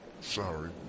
sorry